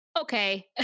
okay